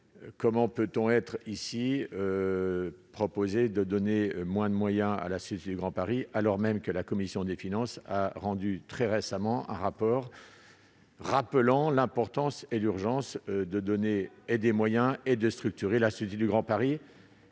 effet, peut-il être proposé de donner moins de moyens à la Société du Grand Paris, alors même que la commission des finances a rendu récemment un rapport rappelant l'importance et l'urgence d'attribuer des moyens et de structurer cet établissement ?